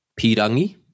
Pirangi